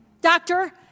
doctor